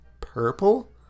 purple